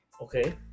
Okay